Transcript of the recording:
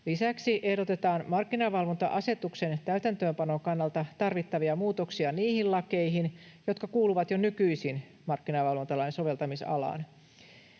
Lisäksi ehdotetaan markkinavalvonta-asetuksen täytäntöönpanon kannalta tarvittavia muutoksia niihin lakeihin, jotka kuuluvat jo nykyisin markkinavalvontalain soveltamisalaan.